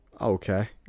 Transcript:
Okay